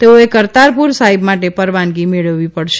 તેઓએ કરતારપુર સાહિબ માટે પરવાનગી મેળવવી પડશે